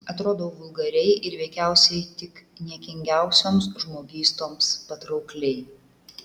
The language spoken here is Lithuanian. atrodau vulgariai ir veikiausiai tik niekingiausioms žmogystoms patraukliai